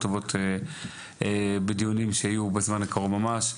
טובות בדיונים שיהיו בזמן הקרוב ממש.